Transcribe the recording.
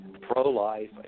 pro-life